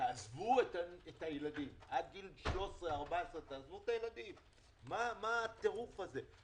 תעזבו את הילדים עד גיל 13 14. מה הטירוף הזה?